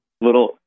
little